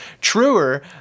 truer